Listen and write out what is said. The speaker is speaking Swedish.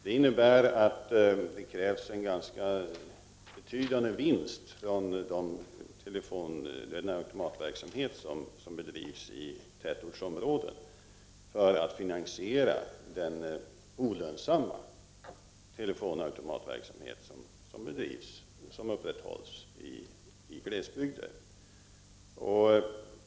Det innebär att det krävs en ganska betydande vinst från den automatverksamhet som bedrivs i tätortsområdena för att finansiera den olönsamma telefonautomatverksamhet som upprätthålls i glesbygder.